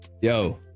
yo